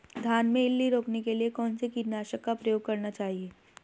धान में इल्ली रोकने के लिए कौनसे कीटनाशक का प्रयोग करना चाहिए?